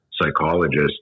psychologist